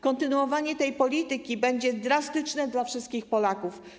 Kontynuowanie tej polityki będzie drastyczne dla wszystkich Polaków.